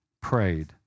prayed